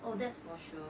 oh that's for sure